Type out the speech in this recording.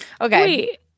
Okay